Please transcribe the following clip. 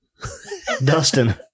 Dustin